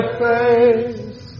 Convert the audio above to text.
face